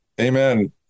Amen